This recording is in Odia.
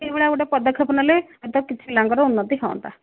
ଏଇ ଭଳିଆ ଗୋଟେ ପଦକ୍ଷେପ ନେଲେ କିଛି ପିଲାଙ୍କର ଉନ୍ନତି ହୁଅନ୍ତା